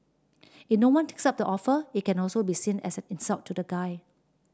in no one takes up the offer it can also be seen as an insult to the guy